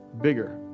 bigger